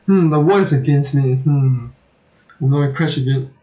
hmm the world is against me hmm oh no it crashed again